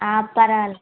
ஆ பரவாயில்ல